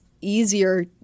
easier